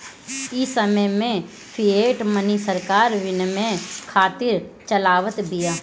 इ समय में फ़िएट मनी सरकार विनिमय खातिर चलावत बिया